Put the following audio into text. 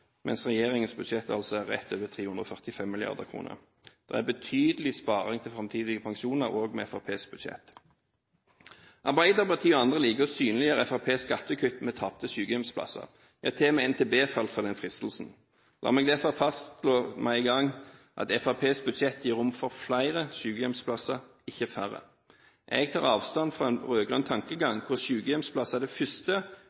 mens regjeringens budsjett altså er rett over 345 mrd. kr. Det er betydelig sparing til framtidige pensjoner også med Fremskrittspartiets budsjett. Arbeiderpartiet og andre liker å synliggjøre Fremskrittspartiets skattekutt med tapte sykehjemsplasser. Til og med NTB falt for den fristelsen. La meg derfor fastslå med en gang at Fremskrittspartiets budsjett gir rom for flere sykehjemsplasser, ikke færre. Jeg tar avstand fra en